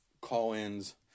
call-ins